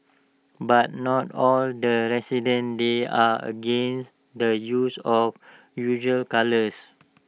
but not all the residents there are against the use of usual colours